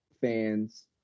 fans